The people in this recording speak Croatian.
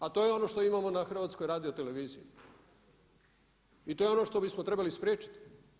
Ali to je ono što imamo na HRT-u i to je ono što bismo trebali spriječiti.